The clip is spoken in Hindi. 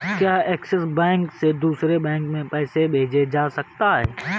क्या ऐक्सिस बैंक से दूसरे बैंक में पैसे भेजे जा सकता हैं?